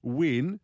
win